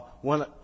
one